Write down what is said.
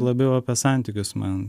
labiau apie santykius man